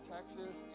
Texas